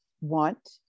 want